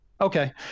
Okay